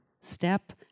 step